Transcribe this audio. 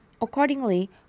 Accordingly